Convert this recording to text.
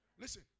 Listen